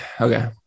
Okay